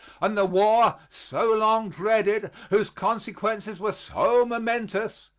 and the war, so long dreaded, whose consequences were so momentous,